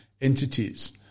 entities